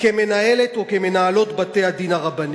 כמנהלת או כמנהלות בתי-הדין הרבניים.